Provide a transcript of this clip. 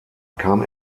kam